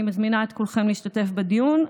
אני מזמינה את כולכם להשתתף בדיון.